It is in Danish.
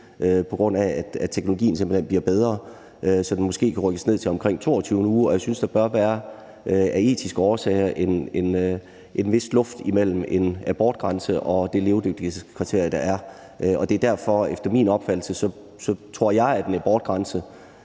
på grund af at teknologien simpelt hen bliver bedre – så den måske kan rykkes ned til omkring den 22. uge. Jeg synes, at der af etiske årsager bør være en vis luft mellem en abortgrænse og det levedygtighedskriterium, der er. Og derfor tror jeg, at en abortgrænse,